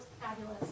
fabulous